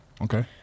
okay